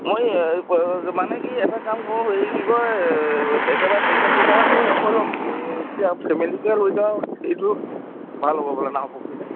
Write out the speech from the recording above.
মই মানে কি এটা কাম কৰোঁ হেৰি কি কয় একেবাৰে পৰীক্ষা চৰীক্ষাবোৰ শেষ হৈ লওক তেতিয়া ফেমিলিকে লৈ যাওঁ সেইটো ভাল হ'ব ব'লা নাহৰ পুখুৰীলৈ